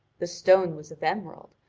the stone was of emerald,